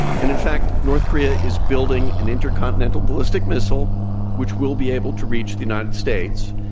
and in fact, north korea is building an intercontinental ballistic missile which will be able to reach the united states.